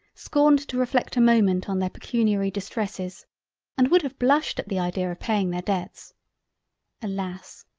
scorned to reflect a moment on their pecuniary distresses and would have blushed at the idea of paying their debts alas!